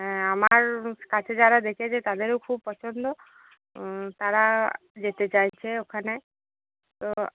হ্যাঁ আমার কাছে যারা দেখেছে তাদেরও খুব পছন্দ তারা যেতে চাইছে ওখানে তো